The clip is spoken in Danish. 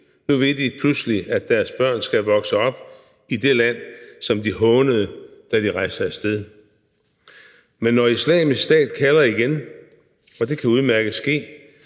nu vil de pludselig have, at deres børn skal vokse op i det land, som de hånede, da de rejste af sted. Men når Islamisk Stat kalder igen – for det kan udmærket ske;